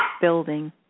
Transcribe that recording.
building